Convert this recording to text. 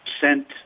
sent